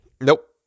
Nope